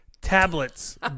Tablets